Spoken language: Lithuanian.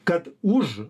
kad už